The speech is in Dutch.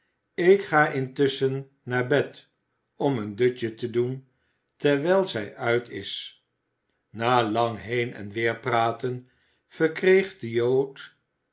ik ga intusschen naar bed om een dutje te doen terwijl zij uit is na lang heen en weerpraten verkreeg de jood